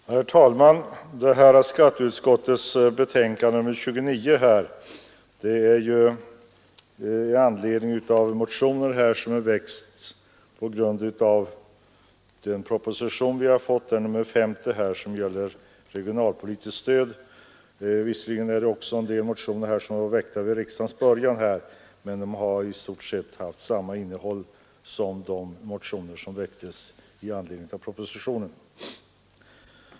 Herr talman! Skatteutskottets betänkande nr 29 behandlar motioner som väckts i anledning av proposition nr 50 angående regionalpolitiskt stöd. Det väcktes också ett antal motioner vid riksdagens början med i stort sett samma innehåll som motionerna i anledning av propositionen.